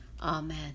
Amen